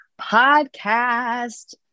podcast